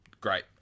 great